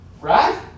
Right